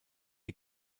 die